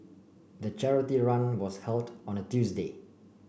the charity run was held on a Tuesday